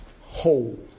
whole